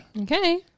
Okay